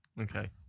Okay